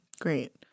Great